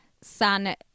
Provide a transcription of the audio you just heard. San